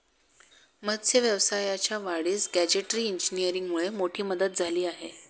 मत्स्य व्यवसायाच्या वाढीस गॅजेटरी इंजिनीअरिंगमुळे मोठी मदत झाली आहे